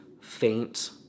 faint